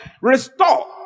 restore